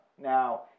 Now